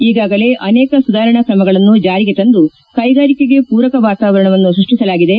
ಈಗಾಗಲೇ ಅನೇಕ ಸುಧಾರಣಾ ತ್ರಮಗಳನ್ನು ಜಾರಿಗೆ ತಂದು ಕೈಗಾರಿಕೆ ಪೂರಕ ವಾತಾವರಣವನ್ನು ಸ್ಪಷ್ಲಿಸಲಾಗಿದೆ